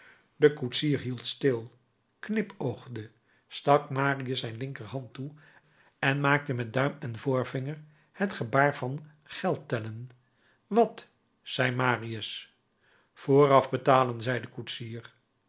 de koetsier hield stil knipoogde stak marius zijn linkerhand toe en maakte met duim en voorvinger het gebaar van geldtellen wat zei marius vooraf betalen zei de koetsier